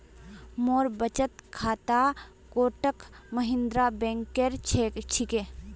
मोर बचत खाता कोटक महिंद्रा बैंकेर छिके